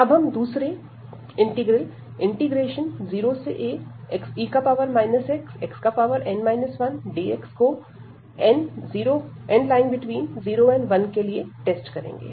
अब हम दूसरे 0ae xxn 1dx को 0n1 के लिए टेस्ट करेंगे